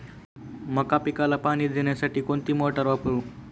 मका पिकाला पाणी देण्यासाठी कोणती मोटार वापरू?